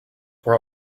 were